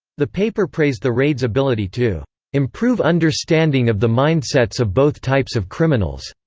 the paper praised the raid's ability to improve understanding of the mindsets of both types of criminals.